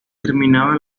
terminaba